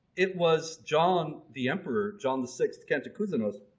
it was john the emperor, john the sixth kantakouzenos,